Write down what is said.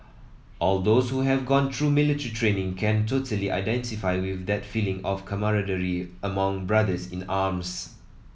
all those who have gone through military training can totally identify with that feeling of camaraderie among brothers in arms